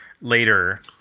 later